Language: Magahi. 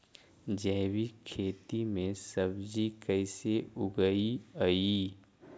जैविक खेती में सब्जी कैसे उगइअई?